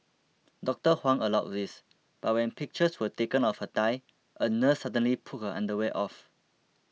Doctor Huang allowed this but when pictures were taken of her thigh a nurse suddenly pulled her underwear off